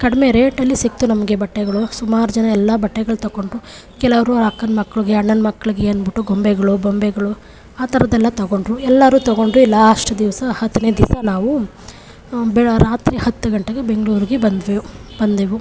ಕಡಿಮೆ ರೇಟಲ್ಲಿ ಸಿಕ್ಕಿತು ನಮಗೆ ಬಟ್ಟೆಗಳು ಸುಮಾರು ಜನ ಎಲ್ಲ ಬಟ್ಟೆಗಳು ತೊಗೊಂಡ್ರು ಕೆಲವರು ಅಕ್ಕನ ಮಕ್ಕಳಿಗೆ ಅಣ್ಣನ ಮಕ್ಕಳಿಗೆ ಅಂದ್ಬಿಟ್ಟು ಗೊಂಬೆಗಳು ಬೊಂಬೆಗಳು ಆ ಥರದ್ದೆಲ್ಲ ತಗೊಂಡರು ಎಲ್ಲರೂ ತೊಗೊಂಡರು ಲಾಸ್ಟ್ ದಿವಸ ಹತ್ತನೇ ದಿವಸ ನಾವು ಬೆ ರಾತ್ರಿ ಹತ್ತು ಗಂಟೆಗೆ ಬೆಂಗಳೂರಿಗೆ ಬಂದೆವು ಬಂದೆವು